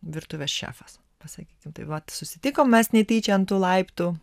virtuvės šefas va sakykim tai vat susitikom mes netyčia ant tų laiptų